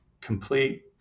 complete